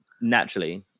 naturally